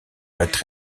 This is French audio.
être